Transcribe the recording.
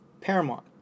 paramount